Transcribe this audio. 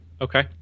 Okay